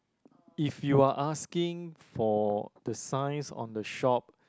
if you are asking for the signs on the shop